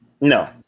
No